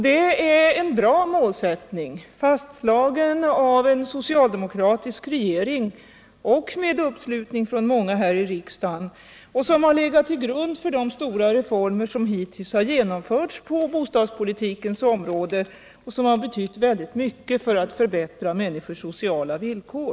Det är en bra målsättning, fastslagen av en socialdemokratisk regering och med uppslutning från många här i riksdagen. Den har legat till grund för de stora reformer som hittills har genomförts på bostadspolitikens område och som har betytt oerhört mycket för att förbättra människors sociala villkor.